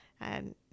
And-